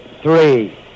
three